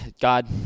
God